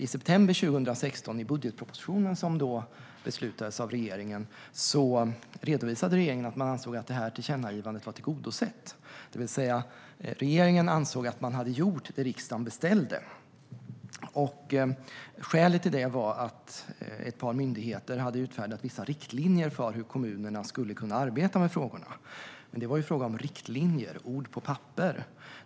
I september 2016, i budgetpropositionen som då beslutades av regeringen, redovisade regeringen att man ansåg att tillkännagivandet var tillgodosett, det vill säga att regeringen ansåg att man hade gjort det som riksdagen beställt. Skälet till det var att ett par myndigheter hade utfärdat vissa riktlinjer för hur kommunerna skulle kunna arbeta med frågorna, men det var ju fråga om riktlinjer, ord på papper.